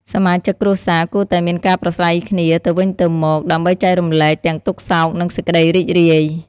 សមាជិកគ្រួសារគួរតែមានការប្រាស្រ័យគ្នាទៅវិញទៅមកដើម្បីចែករំលែកទាំងទុក្ខសោក និងសេចក្តីរីករាយ។